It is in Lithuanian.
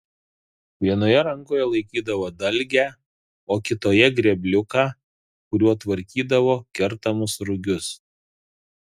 vienoje rankoje laikydavo dalgę o kitoje grėbliuką kuriuo tvarkydavo kertamus rugius